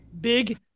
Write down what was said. big